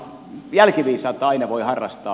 jälkiviisautta aina voi harrastaa